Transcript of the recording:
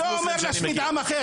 אני לא אומר להשמיד עם אחר.